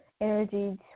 energy